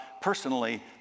personally